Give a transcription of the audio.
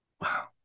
Wow